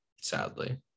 sadly